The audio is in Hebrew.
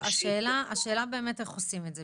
השאלה היא איך עושים את זה?